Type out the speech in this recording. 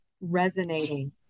resonating